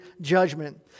judgment